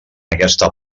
aquesta